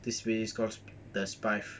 this series called the spy